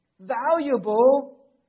valuable